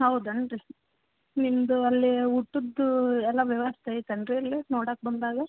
ಹೌದನು ರೀ ನಿಮ್ಮದು ಅಲ್ಲಿ ಊಟದ್ದು ಎಲ್ಲ ವ್ಯವಸ್ಥೆ ಐತನು ರೀ ಅಲ್ಲಿ ನೋಡಕ್ಕೆ ಬಂದಾಗ